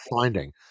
finding